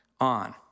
On